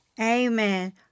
Amen